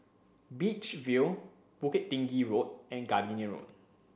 Beach View Bukit Tinggi Road and Gardenia Road